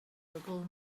arogl